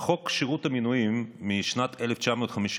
חוק שירות המדינה (מינויים), משנת 1959,